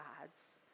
God's